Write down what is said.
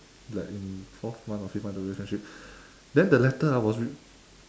like in fourth month or fifth month of the relationship then the letter lah was rea~